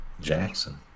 jackson